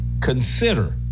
consider